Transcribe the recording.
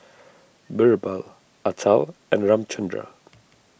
Birbal Atal and Ramchundra